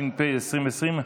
התשפ"א 2020,